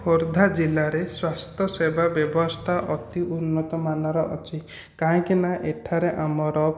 ଖୋର୍ଦ୍ଧା ଜିଲ୍ଲାରେ ସ୍ଵାସ୍ଥ୍ୟ ସେବା ବ୍ୟବସ୍ଥା ଅତି ଉନ୍ନତମାନର ଅଛି କାହିଁକିନା ଏଠାରେ ଆମର